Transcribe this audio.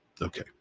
Okay